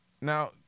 Now